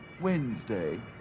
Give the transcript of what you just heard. Wednesday